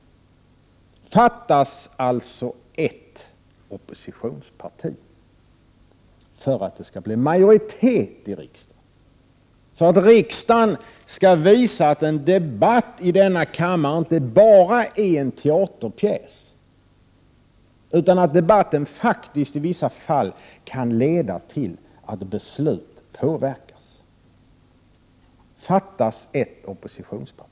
Nu fattas alltså ett oppositionsparti för att det skall bli majoritet i riksdagen, för att riksdagen skall visa att en debatt i denna kammare inte bara är en teaterpjäs utan i vissa fall kan leda till att beslutet påverkas. Det fattas ett oppositionsparti!